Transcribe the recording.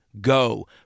go